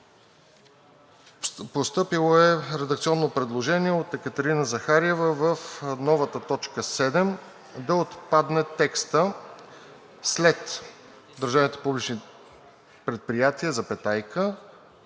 Постъпило е редакционно предложение от Екатерина Захариева в новата точка 7 да отпадне текстът, който